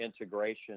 integration